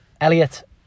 Elliot